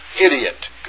idiot